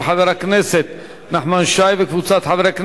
של חבר הכנסת נחמן שי וקבוצת חברי הכנסת,